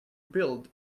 build